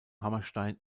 hammerstein